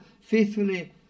faithfully